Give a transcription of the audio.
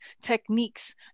techniques